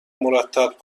مرتب